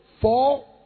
four